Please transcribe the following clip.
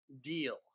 deal